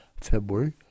February